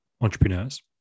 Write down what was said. entrepreneurs